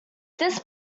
this